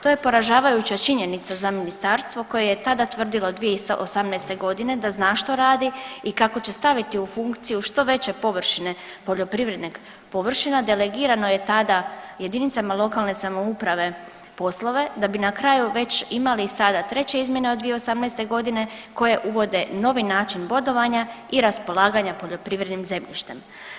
To je poražavajuća činjenica za Ministarstvo koje je tada tvrdilo 2018. godine da zna što radi i kako će staviti u funkciju što veće površine poljoprivrednih površina delegirano je tada jedinicama lokalne samouprave poslove da bi na kraju već imali sada treće izmjene od 2018. koje uvode novi način bodovanja i raspolaganja poljoprivrednim zemljištem.